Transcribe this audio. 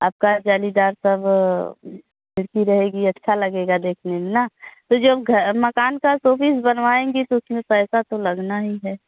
आपका जालीदार सब खिड़की रहेगी अच्छा लगेगा देखने में ना तो जब घ मकान का शोपीस बनवाएँगी तो उसमें पैसा तो लगना ही है